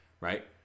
right